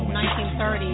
1930